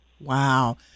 Wow